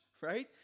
right